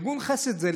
ארגון חסד זה,